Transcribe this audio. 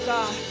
God